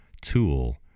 tool